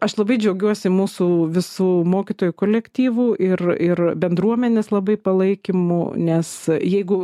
aš labai džiaugiuosi mūsų visų mokytojų kolektyvu ir ir bendruomenės labai palaikymu nes jeigu